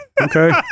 okay